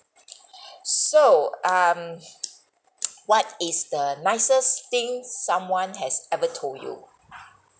so um what is the nicest thing someone has ever told you